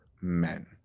men